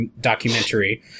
documentary